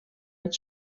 its